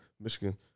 Michigan